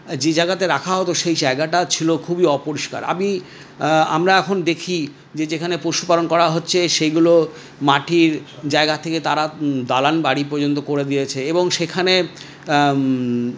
যে জায়গাতে রাখা হত সেই জায়গাটা ছিল খুবই অপরিষ্কার আমি আমরা এখন দেখি যে যেখানে পশুপালন করা হচ্ছে সেইগুলো মাটির জায়গা থেকে তারা দালান বাড়ি পর্যন্ত করে দিয়েছে এবং সেখানে